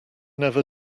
never